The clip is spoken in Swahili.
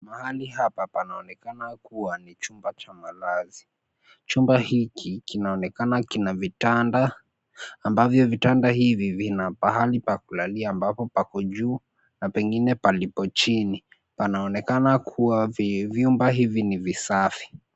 Mahali hapa panaonekana kuwa ni chumba cha malazi. Chumba hiki kinaonekana kina vitanda ambavyo vitanda hivi vina pahali pakulalia ambapo pako juu na pengine palipo chini. Panaonekana kuwa viumba hivi ni visafi.